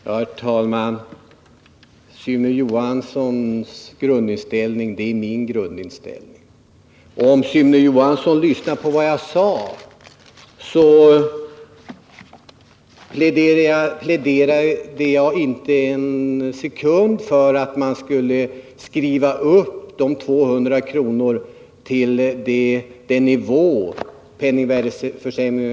Herr talman! Sune Johanssons grundinställning är min grundinställning. Om Sune Johansson hade lyssnat på vad jag sade, hade han hört att jag inte en sekund pläderade för att man skall skriva upp de 200 kronorna till den nivå som motsvarar penningvärdeförsämringen.